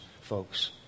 folks